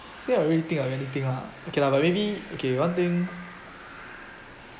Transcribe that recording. actually I really think of many thing lah okay lah but maybe okay one thing